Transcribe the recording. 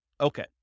Okay